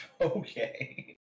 Okay